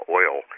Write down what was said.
oil